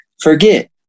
forget